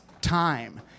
time